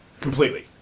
Completely